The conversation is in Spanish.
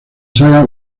saga